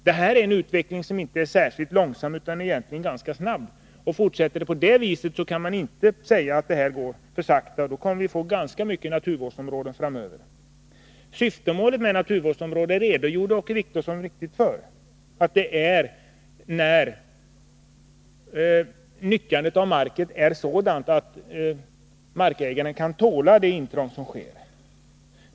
Det här är en utveckling som inte är särskilt långsam, utan egentligen ganska snabb. Fortsätter utvecklingen på det här viset kan man inte säga att utvecklingen går för sakta. Vi kommer att få ganska många naturvårdsområden framöver. När det gäller syftemålet med naturvårdsområden redogjorde Åke Wictorsson helt riktigt för att sådana kan inrättas när nyttjandet av mark är sådant att markägaren kan tåla det intrång som det gäller.